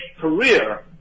career